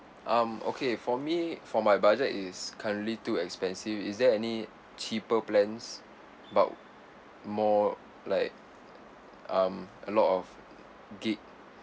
um okay for me for my budget is currently too expensive is there any cheaper plans but more like um a lot of G_B